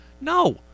No